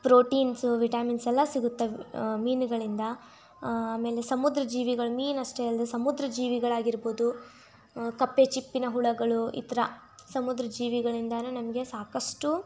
proteins vitamins ಎಲ್ಲ ಸಿಗುತ್ತೆ ಮೀನುಗಳಿಂದ ಆಮೇಲೆ ಸಮುದ್ರ ಜೀವಿಗಳು ಮೀನು ಅಷ್ಟೇ ಅಲ್ದೆ ಸಮುದ್ರ ಜೀವಿಗಳಾಗಿರ್ಬೋದು ಕಪ್ಪೆ ಚಿಪ್ಪಿನ ಹುಳಗಳು ಈ ಥರ ಸಮುದ್ರ ಜೀವಿಗಳಿಂದನೂ ನಮಗೆ ಸಾಕಷ್ಟು